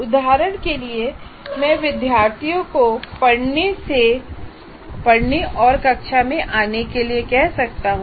उदाहरण के लिए मैं विद्यार्थियों को पहले से पढ़ने और कक्षा में आने के लिए कह सकता हूँ